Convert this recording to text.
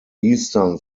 eastern